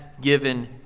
given